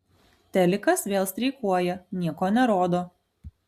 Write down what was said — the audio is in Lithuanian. telikas vėl streikuoja nieko nerodo